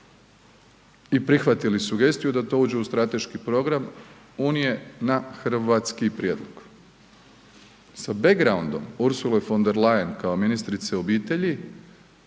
i prihvatili sugestiju da to uđe u strateški program unije na hrvatski prijedlog. Sa backgroundom Ursule von der Leyen kao ministrice obitelji